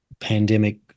pandemic